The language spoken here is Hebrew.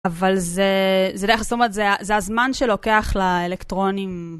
אבל זה, זה דרך אסור, זאת אומרת, זה הזמן שלוקח לאלקטרונים.